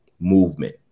movement